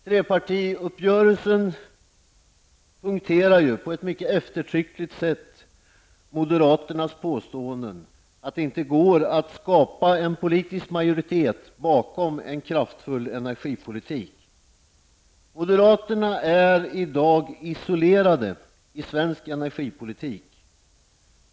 Trepartiuppgörelsen punkterar ju på ett mycket eftertryckligt sätt moderaternas påståenden att det inte går att skapa en politisk majoritet bakom en kraftfull energipolitik. Moderaterna är i dag isolerade i svensk energipolitik.